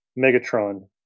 Megatron